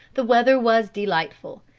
the weather was delightful.